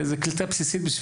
זה קליטה בסיסית.